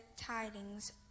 tidings